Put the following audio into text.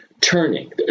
turning